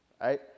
Right